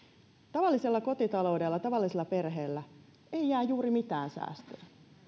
tavallisella kotitaloudella tavallisella perheellä ei jää juuri mitään säästöön